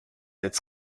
its